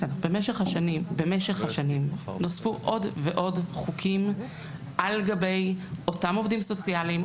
במשך השנים נוספו עוד ועוד חוקים על גבי אותם עובדים סוציאליים,